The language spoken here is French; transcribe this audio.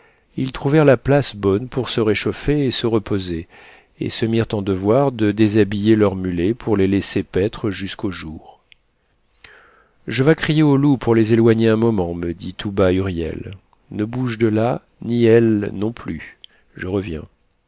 ils trouvèrent la place bonne pour se réchauffer et se reposer et se mirent en devoir de déshabiller leurs mulets pour les laisser paître jusqu'au jour je vas crier au loup pour les éloigner un moment me dit tout bas huriel ne bouge de là ni elle non plus je reviens